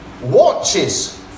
watches